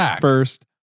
first